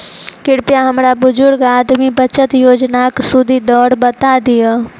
कृपया हमरा बुजुर्ग आदमी बचत योजनाक सुदि दर बता दियऽ